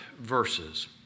verses